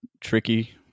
tricky